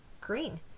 green